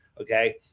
Okay